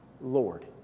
Lord